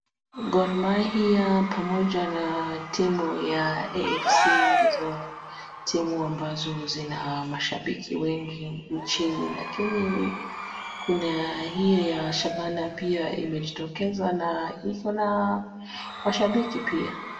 Gor Mahia pamoja na timu ya AFC ndizo timu ambazo zina mashabiki wengi nchini lakini kuna hiyo ya Shabana imejitokeza na iko na mashabiki pia.